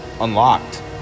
unlocked